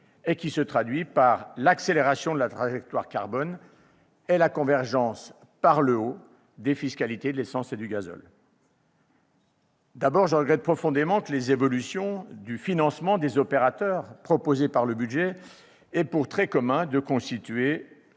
qui se traduit par l'accélération de la trajectoire carbone et la convergence par le haut des fiscalités de l'essence et du gazole. D'abord, je regrette profondément que les évolutions du financement des opérateurs proposées dans le projet de budget aient pour trait commun de constituer